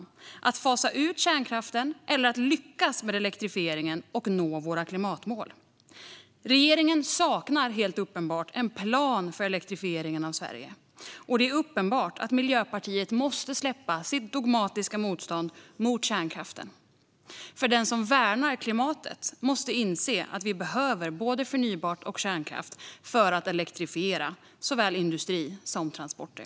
Är det att fasa ut kärnkraften eller att lyckas med elektrifieringen och nå våra klimatmål? Regeringen saknar helt uppenbart en plan för elektrifieringen av Sverige, och det är uppenbart att Miljöpartiet måste släppa sitt dogmatiska motstånd mot kärnkraften. Den som värnar klimatet måste inse att vi behöver både förnybart och kärnkraft för att elektrifiera såväl industri som transporter.